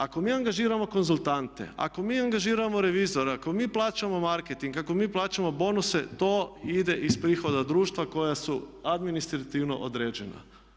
Ako mi angažiramo konzultante, ako mi angažiramo revizore, ako mi plaćamo marketing, ako mi plaćamo bonuse to ide iz prihoda društva koja su administrativno određena.